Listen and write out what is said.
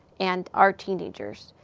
and our teenagers.